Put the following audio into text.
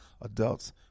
adults